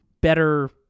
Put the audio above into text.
better